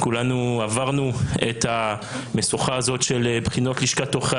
כולנו עברנו את המשוכה הזאת של בחינת לשכת עורכי